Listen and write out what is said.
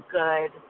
good